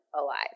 alive